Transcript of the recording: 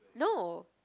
no